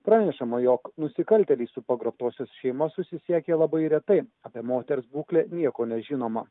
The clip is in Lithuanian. pranešama jog nusikaltėliai su pagrobtosios šeima susisiekė labai retai apie moters būklę nieko nežinoma